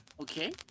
Okay